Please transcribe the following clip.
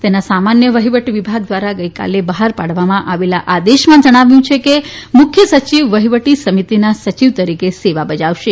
તેના સામાન્ય વહીવટ વિભાગ દ્વારા ગઇકાલે બહાર પાડવામાં આવેલા આદેશમાં જણાવ્યું છે કે મુખ્ય સચિવ વહીવટી સમિતિના સચિવ તરીકે સેવા બજાવશે